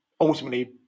ultimately